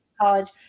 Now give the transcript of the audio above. college